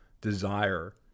desire